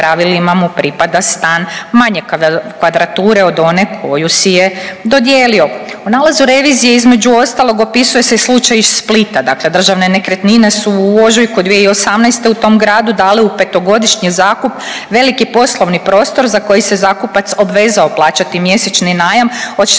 U nalazu revizije između ostalog opisuje se slučaj iz Splita, dakle Državne nekretnine su u ožujku 2018. u tom gradu dale u petogodišnji zakup veliki poslovni prostor za koji se zakupac obvezao plaćati mjesečni najam od 66.000 kuna